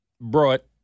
Brought